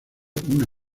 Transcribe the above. una